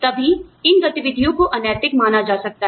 तभी इन गतिविधियों को अनैतिक माना जा सकता है